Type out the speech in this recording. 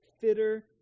fitter